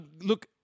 look